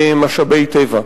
במשאבי טבע.